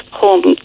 home